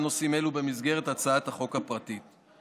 נושאים אלו במסגרת הצעת החוק הפרטית.